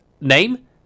name